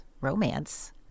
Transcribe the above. romance